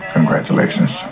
Congratulations